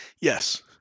Yes